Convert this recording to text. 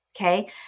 okay